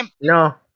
No